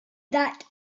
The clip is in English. that